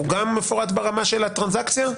הוא גם מפורט ברמה של הטרנסאקציה?